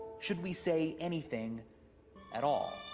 should we say anything at all?